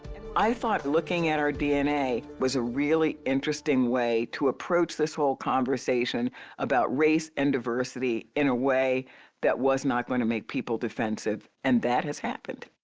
i thought looking at our dna was a really interesting way to approach this whole conversation about race and diversity in a way that was not going to make people defensive. and that has happened.